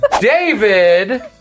David